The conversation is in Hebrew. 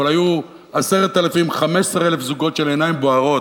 אבל היו 15,000-10,000 זוגות של עיניים בוערות,